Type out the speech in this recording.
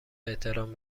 احترام